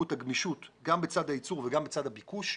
את הגמישות גם בצד הייצור וגם בצד הביקוש.